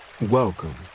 Welcome